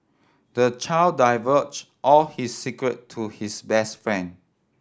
the child divulged all his secret to his best friend